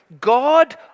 God